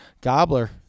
gobbler